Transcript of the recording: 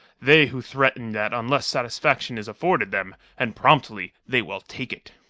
they who threaten that unless satisfaction is afforded them, and promptly, they will take it.